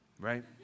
right